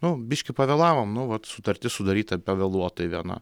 nu biškį pavėlavom nu vat sutartis sudaryta pavėluotai viena